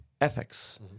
Ethics